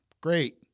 Great